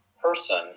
person